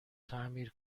تعمیر